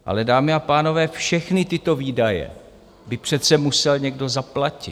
Ale dámy a pánové, všechny tyto výdaje by přece musel někdo zaplatit.